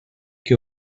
que